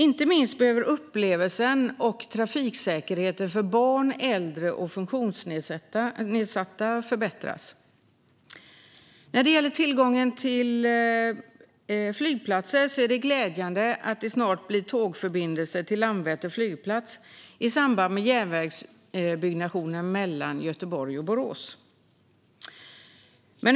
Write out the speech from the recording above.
Inte minst behöver upplevelsen och trafiksäkerheten för barn, äldre och funktionsnedsatta förbättras. När det gäller tillgången till flygplatser är det glädjande att det snart blir tågförbindelse till Landvetter flygplats i samband med järnvägsbyggnationen mellan Göteborg och Borås.